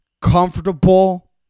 comfortable